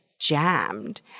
jammed